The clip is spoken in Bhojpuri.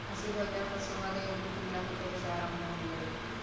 खासी भइला पर शहद आ गुड़ के मिला के खईला से आराम मिलेला